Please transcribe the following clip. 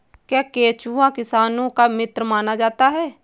क्या केंचुआ किसानों का मित्र माना जाता है?